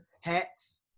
hats